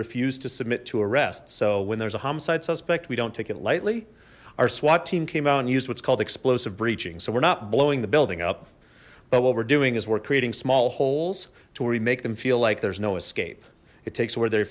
refused to submit to arrest so when there's a homicide suspect we don't take it lightly our swat team came out and used what's called explosive breaching so we're not blowing the building up but what we're doing is we're creating small holes to where we make them feel like there's no escape it takes